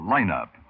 Lineup